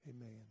Amen